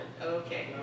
Okay